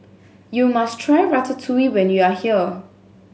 you must try Ratatouille when you are here